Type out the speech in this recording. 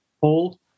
Paul